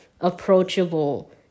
approachable